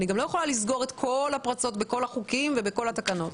אני גם לא יכולה לסגור את כל הפרצות בכל החוקים ובכל התקנות.